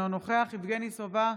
אינו נוכח יבגני סובה,